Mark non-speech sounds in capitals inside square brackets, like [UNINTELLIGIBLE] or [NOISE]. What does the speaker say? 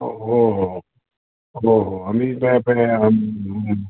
हो हो हो हो हो आम्ही त्या [UNINTELLIGIBLE]